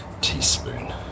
teaspoon